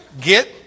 Get